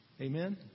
Amen